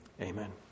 Amen